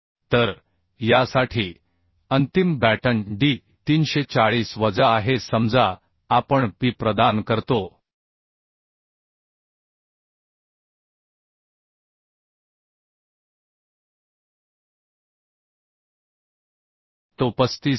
तर यासाठी अंतिम बॅटन D 340 वजा आहे समजा आपण P प्रदान करतो तो 35 आहे